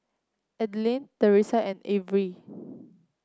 Aidyn Theresa and Avery